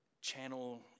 channel